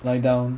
lie down